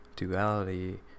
Duality